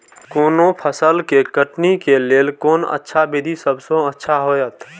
कोनो फसल के कटनी के लेल कोन अच्छा विधि सबसँ अच्छा होयत?